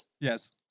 Yes